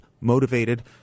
motivated